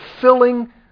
filling